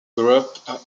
group